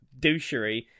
douchery